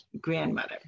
Grandmother